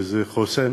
מרכז חוסן